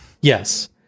Yes